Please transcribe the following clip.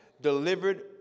delivered